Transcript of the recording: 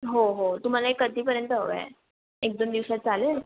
हो हो तुम्हाला हे कधीपर्यंत हवं आहे एक दोन दिवसात चालेल